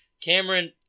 Cameron